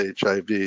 HIV